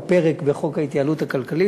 הוא פרק בחוק ההתייעלות הכלכלית,